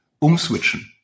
umswitchen